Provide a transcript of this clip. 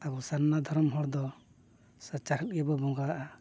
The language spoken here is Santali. ᱟᱵᱚ ᱥᱟᱨᱱᱟ ᱫᱷᱚᱨᱚᱢ ᱦᱚᱲ ᱫᱚ ᱥᱟᱪᱟᱨᱦᱮᱫ ᱜᱮᱵᱚ ᱵᱚᱸᱜᱟᱣᱟᱜᱼᱟ